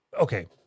Okay